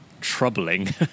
troubling